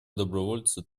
добровольцы